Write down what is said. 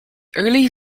early